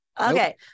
Okay